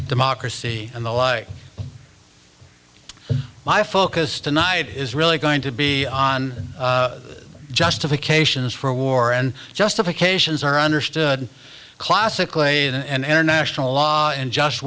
democracy and the like my focus tonight is really going to be on justifications for war and justifications are understood classically and international law and just